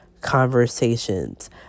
conversations